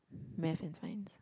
Math and Science